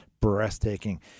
breathtaking